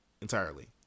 entirely